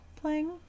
playing